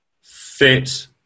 fit